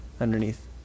underneath